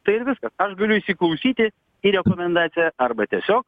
ta ir viskas aš galiu įsiklausyti į rekomendaciją arba tiesiog